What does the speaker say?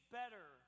better